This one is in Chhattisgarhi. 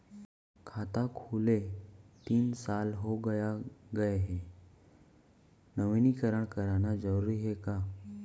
खाता खुले तीन साल हो गया गये हे नवीनीकरण कराना जरूरी हे का?